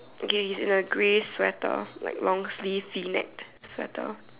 okay he's in a grey sweater like long sleeved V necked sweater